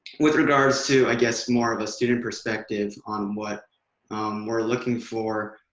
with regards to, i guess, more of a student perspective on what we're looking for.